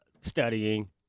Studying